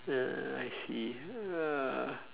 oh I see uh